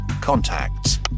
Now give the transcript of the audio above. contacts